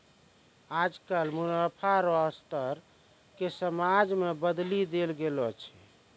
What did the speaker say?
आजकल मुनाफा रो स्तर के समाज मे बदली देल गेलो छै